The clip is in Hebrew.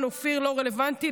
אופיר כמובן רלוונטי,